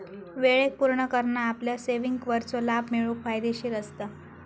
वेळेक पुर्ण करना आपल्या सेविंगवरचो लाभ मिळवूक फायदेशीर असता